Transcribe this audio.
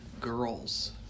Girls